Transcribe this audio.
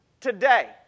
today